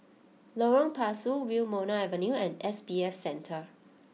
Lorong Pasu Wilmonar Avenue and S B F Center